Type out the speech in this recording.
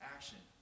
Action